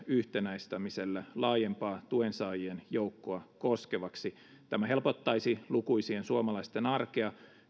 yhtenäistämisellä laajempaa tuen saajien joukkoa koskevaksi tämä helpottaisi lukuisien suomalaisten arkea